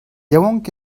yaouank